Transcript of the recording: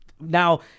now